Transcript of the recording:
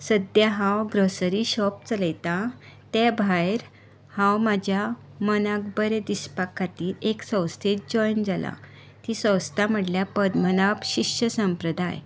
सद्याक हांव grocery shop चलयतां ते भायर हांव म्हज्या मनाक बरें दिसपा खातीर एक संवस्थेक जॉयन जालां ती संस्था म्हणल्यार पद्मनाब शिश्य संप्रदाय